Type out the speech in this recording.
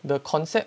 the concept